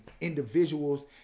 individuals